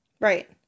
Right